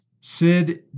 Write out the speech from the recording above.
Sid